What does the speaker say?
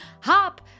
Hop